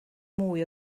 mwy